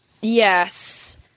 Yes